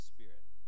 spirit